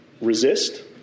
resist